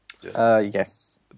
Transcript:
Yes